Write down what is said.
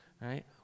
right